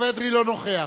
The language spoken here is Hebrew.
אינו נוכח